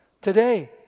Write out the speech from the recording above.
today